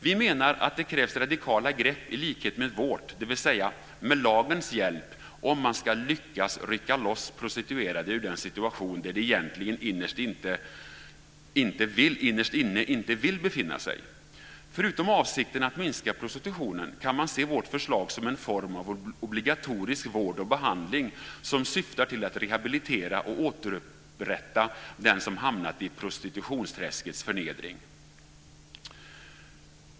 Vi menar att det krävs radikala grepp i likhet med vårt, dvs. med lagens hjälp, om man ska lyckas rycka loss prostituerade ur den situation som de egentligen inte innerst inne vill befinna sig i. Förutom avsikten att minska prostitutionen kan man se vårt förslag som en form av obligatorisk vård och behandling som syftar till att rehabilitera och återupprätta den som hamnat i prostitutionsträskets förnedring.